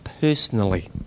personally